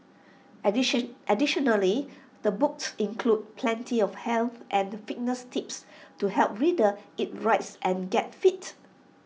addition additionally the books includes plenty of health and fitness tips to help readers eat right and get fit